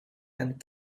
and